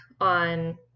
on